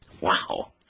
Wow